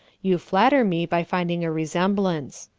you flatter me by finding a resemblance.